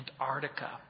antarctica